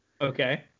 Okay